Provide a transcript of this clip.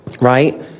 right